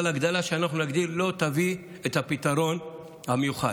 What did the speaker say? אבל ההגדלה שאנחנו נגדיל לא תביא את הפתרון המיוחל.